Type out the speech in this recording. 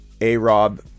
A-Rob